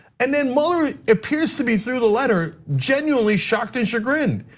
and then mueller appears to be through the letter, genuinely shocked and chagrined.